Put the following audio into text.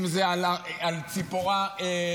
אם זה על ציפורה אשתו,